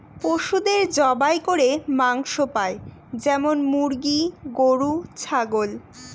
পশুদের জবাই করে মাংস পাই যেমন মুরগি, গরু, ছাগল